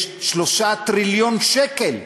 יש שלושה טריליון שקל,